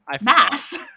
Mass